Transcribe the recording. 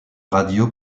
radio